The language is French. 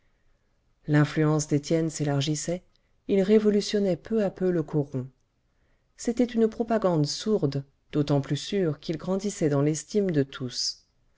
l'influence d'étienne s'élargissait il révolutionnait peu à peu le coron c'était une propagande sourde d'autant plus sûre qu'il grandissait dans l'estime de tous